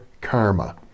karma